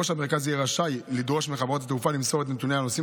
ראש המרכז יהיה רשאי לדרוש מחברות התעופה למסור את נתוני הנוסעים